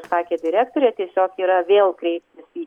sakė direktorė tiesiog yra vėl kreiptasi į